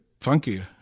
funkier